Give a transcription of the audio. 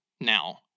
now